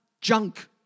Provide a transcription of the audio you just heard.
junk